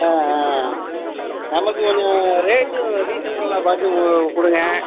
ஆ ஆ நமக்கு கொஞ்சம் ரேட்டு ரீசனப்லாக பார்த்து முதல கொடுங்க